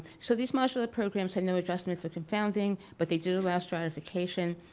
so these modular programs had no adjustment for confounding but they did allow stratification.